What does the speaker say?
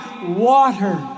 water